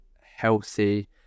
healthy